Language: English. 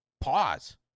pause